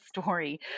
story